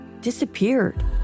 disappeared